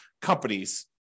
companies